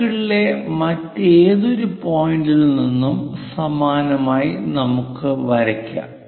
സർക്കിളിലെ മറ്റേതൊരു പോയിന്റിൽ നിന്നും സമാനമായി നമുക്ക് വരക്കാം